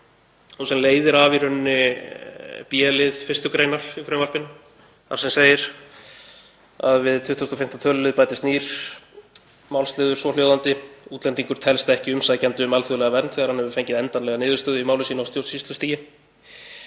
og sem leiðir í rauninni af b-lið 1. gr. í frumvarpinu þar sem segir að við 25. tölulið bætist nýr málsliður, svohljóðandi: Útlendingur telst ekki umsækjandi um alþjóðlega vernd þegar hann hefur fengið endanlega niðurstöðu í máli sínu á stjórnsýslustigi.